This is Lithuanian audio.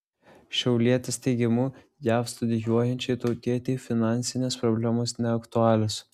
šiaulietės teigimu jav studijuojančiai tautietei finansinės problemos neaktualios